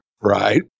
Right